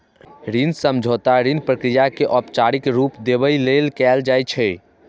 ऋण समझौता ऋण प्रक्रिया कें औपचारिक रूप देबय लेल कैल जाइ छै